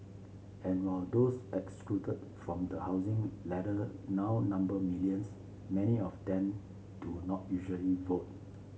and while those excluded from the housing ladder now number millions many of them do not usually vote